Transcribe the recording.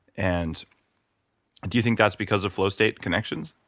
and do you think that's because of flow state connections?